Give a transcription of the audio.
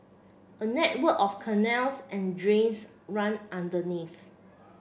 a network of canals and drains run underneath